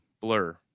Blur